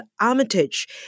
Armitage